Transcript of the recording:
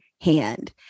hand